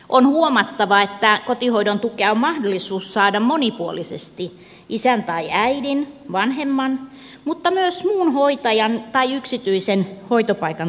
on huomattava että kotihoidon tukea on mahdollisuus saada monipuolisesti isän tai äidin vanhemman mutta myös muun hoitajan tai yksityisen hoitopaikan tarpeisiin